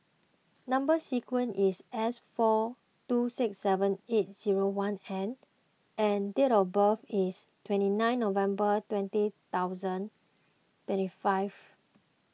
Number Sequence is S four two six seven eight zero one N and date of birth is twenty nine November twenty thousand twenty five